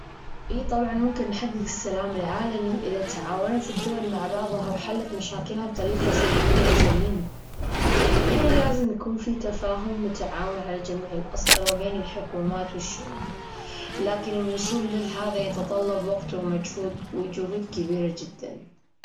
إي طبعًا ممكن نحقق السلام العالمي إذا تعاونت الدول مع بعضها وحلت مشاكلها بطريقة سلمية وسليمة. يعني لازم يكون في تفاهم وتعاون على جميع الأصعدة بين الحكومات والشعوب، لكن الوصول لهذا يتطلب وقت ومجهود وجهود كبيرة جدًا.